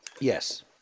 Yes